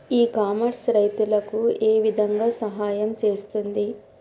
ఇ commerce రైతులకు ఏ విధంగా సహాయం చేస్తుంది?